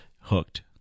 hooked